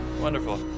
Wonderful